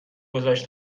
گذاری